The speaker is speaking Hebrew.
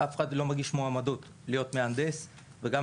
אף אחד לא מגיש מועמדות להיות מהנדס ולכן